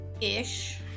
ish